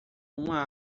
uma